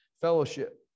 fellowship